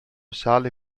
sale